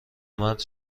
مرد